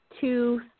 two